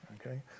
Okay